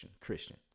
Christian